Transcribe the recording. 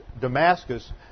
Damascus